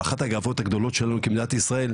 ואחת הגאוות הגדולות שלנו במדינת ישראל,